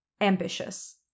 ambitious